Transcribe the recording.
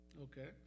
Okay